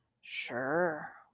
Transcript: Sure